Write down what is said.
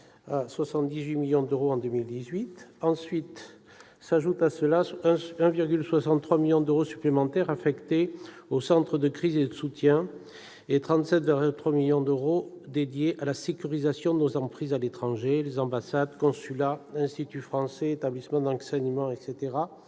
à 78 millions d'euros en 2018. S'ajoutent à cela 1,63 million d'euros supplémentaires affectés au Centre de crise et de soutien et 37,23 millions d'euros dédiés à la sécurisation de nos emprises à l'étranger : ambassades, consulats, instituts français, établissements d'enseignement à